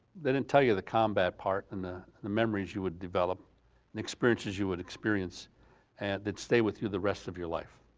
they didn't tell you the combat part and the the memories you would develop and experiences you would experience and that stay with you the rest of your life,